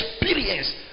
experience